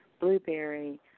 Blueberry